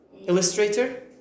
illustrator